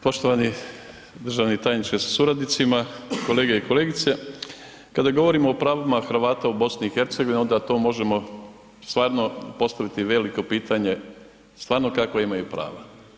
Poštovani državni tajniče sa suradnicima, kolege i kolegice, kada govorimo o pravima Hrvata u BiH, onda to možemo stvarno postaviti veliko pitanje, stvarno kakva imaju prava.